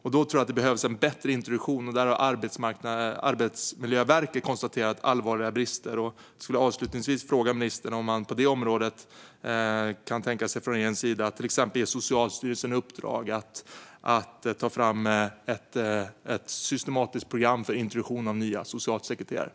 Jag tror att det behövs en bättre introduktion, och där har Arbetsmiljöverket konstaterat allvarliga brister. Jag skulle avslutningsvis vilja fråga ministern om regeringen kan tänka sig att till exempel ge Socialstyrelsen i uppdrag att ta fram ett systematiskt program för introduktion av nya socialsekreterare.